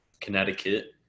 Connecticut